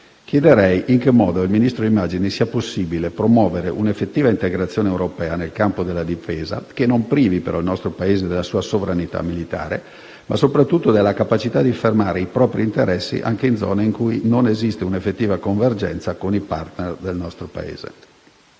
chiederei in che modo il Ministro immagini sia possibile promuovere un'effettiva integrazione europea nel campo della difesa che non privi il nostro Paese della sua sovranità militare, ma soprattutto della capacità di affermare i propri interessi anche in zone in cui non esiste un'effettiva convergenza con i *partner* del nostro Paese.